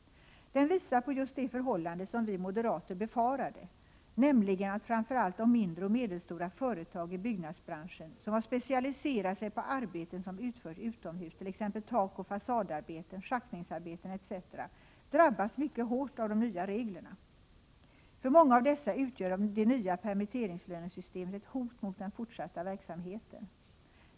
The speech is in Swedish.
Den visar på just det förhållande som vi moderater befarade, nämligen att framför allt de mindre och medelstora företag i byggnadsbranschen som specialiserat sig på arbeten som utförs utomhus, t.ex. takoch fasadarbeten, schaktningsarbeten etc., har drabbats mycket hårt av de nya reglerna. För många av dessa utgör det nya permitteringslönesystemet ett hot mot den fortsatta verksamheten.